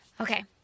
Okay